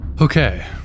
Okay